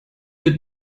wird